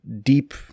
deep